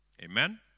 Amen